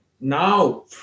now